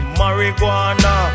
marijuana